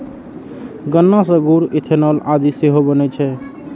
गन्ना सं गुड़, इथेनॉल आदि सेहो बनै छै